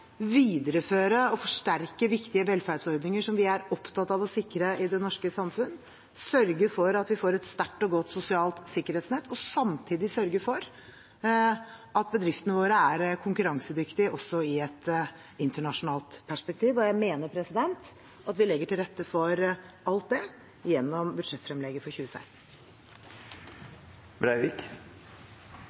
videreføre og forsterke viktige velferdsordninger som vi er opptatt av å sikre i det norske samfunnet, sørge for at vi får et sterkt og godt sosialt sikkerhetsnett og samtidig sørge for at bedriftene våre er konkurransedyktige også i et internasjonalt perspektiv. Jeg mener at vi legger til rette for alt det gjennom budsjettfremlegget for 2016.